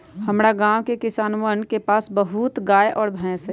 हमरा गाँव के किसानवन के पास बहुत गाय और भैंस हई